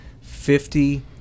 Fifty